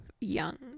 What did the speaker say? young